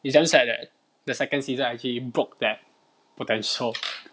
it's damn sad that the second season actually broke that potential